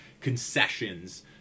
concessions